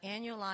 annualized